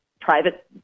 private